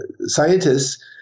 scientists